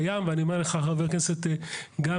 באפליקציה שלנו שדרוג מסוים,